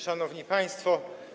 Szanowni Państwo!